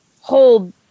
hold